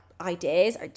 ideas